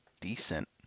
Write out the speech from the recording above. decent